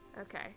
Okay